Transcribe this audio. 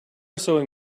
sewing